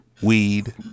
weed